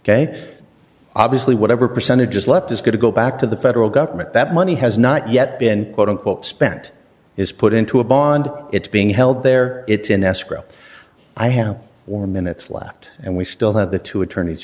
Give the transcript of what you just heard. ok obviously whatever percentage is left is going to go back to the federal government that money has not yet been quote unquote spent is put into a bond it's being held there it's in escrow i have or minutes lacked and we still have the two attorneys